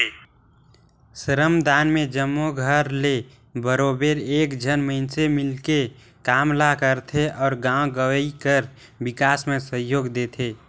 श्रमदान में जम्मो घर ले बरोबेर एक झन मइनसे मिलके काम ल करथे अउ गाँव गंवई कर बिकास में सहयोग देथे